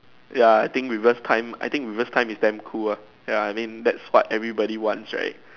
ya I think reverse time I think reverse time is damn cool lah ya I mean that's what everybody wants right